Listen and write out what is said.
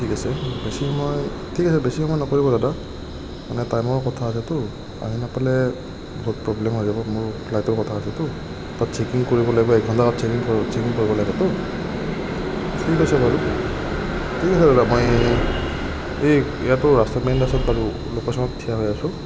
ঠিক আছে গম পাইছোঁ মই ঠিক আছে বেছি সময় নকৰিব দাদা মানে টাইমৰ কথা আছেতো আহি নাপালে বহুত প্ৰবলেম হৈ যাব মোৰ ফ্লাইটৰ কথা আছেতো তাত চেক ইন কৰিব লাগিব এঘণ্টাৰ আগত চেক ইন চেক ইন কৰিব লাগিবতো ঠিক আছে বাৰু ঠিক আছে দাদা মই এই ইয়াতো ৰাস্তাত মেইন ৰাস্তাত বাৰু লোকেশ্যনত থিয় হৈ আছোঁ